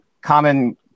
common